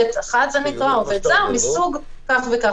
ב'1, זה נקרא, עובד זר, מסוג כך וכך.